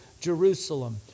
Jerusalem